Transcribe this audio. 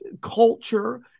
culture